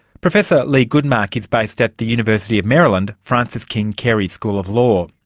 professor leigh goodmark is based at the university of maryland francis king carey school of law.